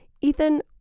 Ethan